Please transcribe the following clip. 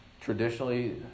traditionally